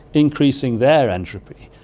increasing their entropy.